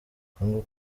congo